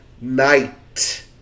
night